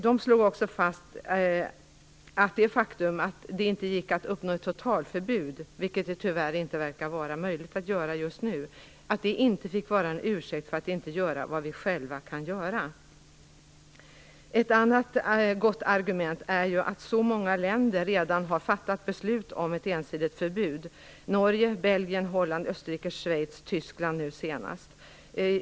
Man slog också fast att det faktum att det inte gick att uppnå ett totalförbud - vilket det tyvärr inte verkar vara möjligt att göra just nu - inte får vara en ursäkt för att inte göra vad vi själva kan göra. Ett annat gott argument är att så många länder redan har fattat beslut om ett ensidigt förbud - Norge, Belgien, Holland, Österrike, Schweiz och nu senast Tyskland.